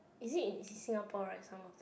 is it in it is Singapore right some of the